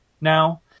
now